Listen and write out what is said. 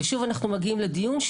ושוב אנחנו מגיעים לדיון,